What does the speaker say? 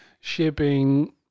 Shipping